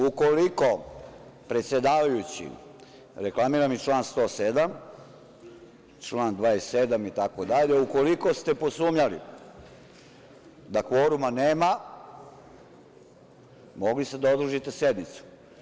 Ukoliko predsedavajući, reklamiram inače član 107, član 27. i tako dalje, ukoliko ste posumnjali da kvoruma nema, mogli ste da odložite sednicu.